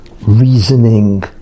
reasoning